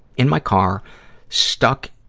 in my car stuck,